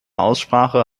aussprache